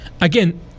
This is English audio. Again